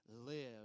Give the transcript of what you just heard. live